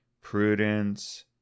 prudence